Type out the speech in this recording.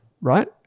Right